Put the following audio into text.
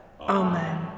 Amen